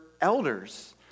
elders